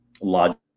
logic